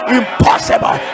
impossible